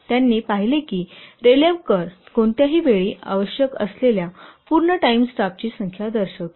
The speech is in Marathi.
त्यांनी पाहिले की रेलेव्ह कर्व कोणत्याही वेळी आवश्यक असलेल्या पूर्णटाइम स्टाफ ची संख्या दर्शवते